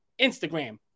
Instagram